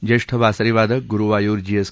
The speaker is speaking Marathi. ज्येष्ठ बासरी वादक गुरुवायुर जी एस